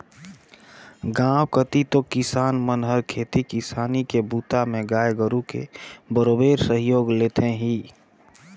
गांव कति तो किसान मन हर खेती किसानी के बूता में गाय गोरु के बरोबेर सहयोग लेथें ही